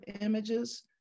images